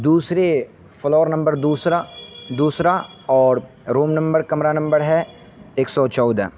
دوسرے floor number دوسرا دوسرا اور روم نمبر کمرہ نمبر ہے ایک سو چودہ